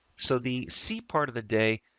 so the c part of the day,